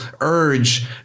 urge